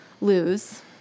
lose